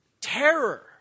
terror